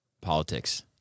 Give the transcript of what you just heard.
politics